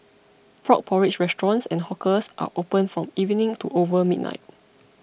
frog porridge restaurants and hawkers are opened from evening to over midnight